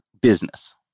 business